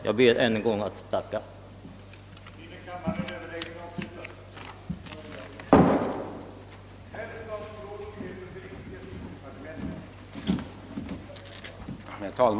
Jag ber än en gång att få tacka för svaret.